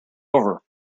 over